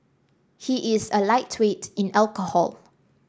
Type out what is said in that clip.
he is a lightweight in alcohol